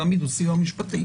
תעמידו סיוע משפטי.